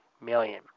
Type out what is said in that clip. million